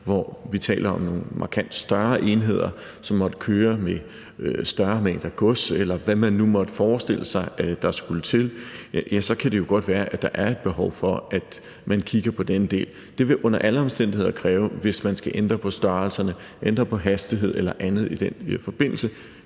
hvor vi taler om nogle markant større enheder, som måtte køre med større mængder gods, eller hvad man nu måtte forestille sig der skulle til, ja, så kan det jo godt være, at der er et behov for, at man kigger på den del. Det vil under alle omstændigheder så kræve en ny lovgivning, altså hvis man skal ændre på størrelserne, ændre på hastigheden eller andet i den forbindelse,